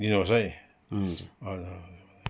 दिनुहोस् है